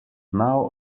now